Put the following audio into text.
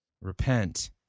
Repent